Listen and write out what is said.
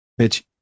bitch